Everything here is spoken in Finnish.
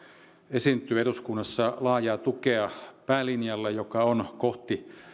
esiintyy eduskunnassa laajaa tukea päälinjalle joka on kohti